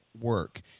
work